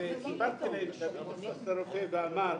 סיפרתי להם שכשאבי תפס את הרופא --- והמשטרה